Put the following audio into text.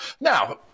Now